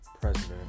president